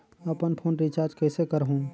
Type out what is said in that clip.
अपन phone recharge कइसे करहु?